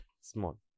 small